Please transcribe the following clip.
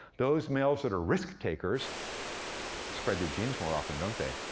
those males that are risk-takers spread their genes more often, don't they?